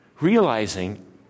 realizing